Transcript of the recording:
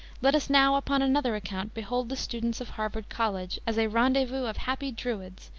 let us now, upon another account, behold the students of harvard college, as a rendezvous of happy druids,